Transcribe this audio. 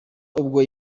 ubwo